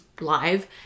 live